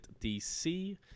DC